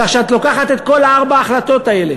כך, כשאת לוקחת את כל ארבע ההחלטות האלה,